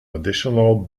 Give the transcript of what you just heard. additional